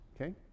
Okay